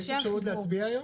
יש אפשרות להצביע היום?